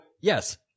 yes